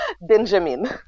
Benjamin